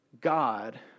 God